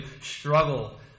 struggle